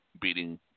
beating